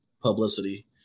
publicity